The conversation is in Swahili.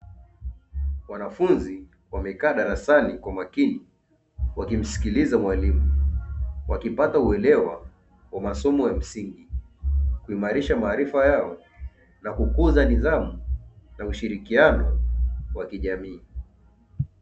Wanafunzi wamekaa darasani kwa makini wakimsikiliza mwalimu wakipata uelewa wa masomo ya msingi kuimarisha maarifa yao na kukuza nidhamu na ushirikiano wa kijamii.